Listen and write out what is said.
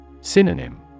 Synonym